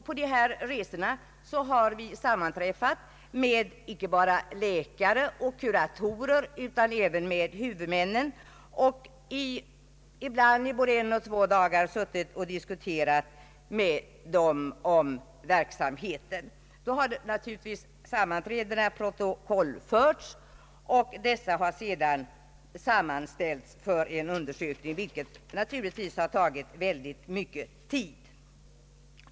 På de resorna har vi sammanträffat inte bara med läkare och kuratorer utan även med huvudmän och ibland i både en och två dagar diskuterat verksamheten. Sammanträdena har naturligtvis protokollförts, och uppgifterna har sedan sammanställts, vilket självfallet tagit mycket lång tid.